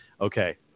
okay